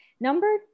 Number